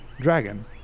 dragon